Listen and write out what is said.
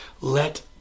let